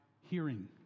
hearing